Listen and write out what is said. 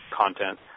content